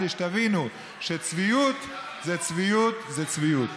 כדי שתבינו שצביעות זו צביעות זו צביעות.